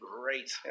great